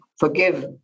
forgive